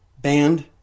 band